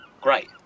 great